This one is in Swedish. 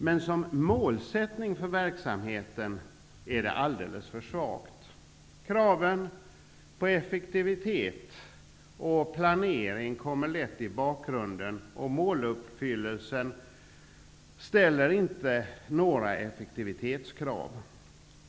Men som målsättning för verksamheten är det alldeles för svagt. Kraven på effektivitet och planering kommer lätt i bakgrunden, och i fråga om måluppfyllelsen ställs inte några effektivitetskrav.